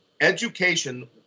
education